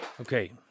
Okay